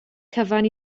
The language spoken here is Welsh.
cyfan